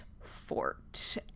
fort